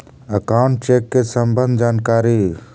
Account check के सम्बन्ध जानकारी?